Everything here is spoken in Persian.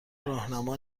راهنما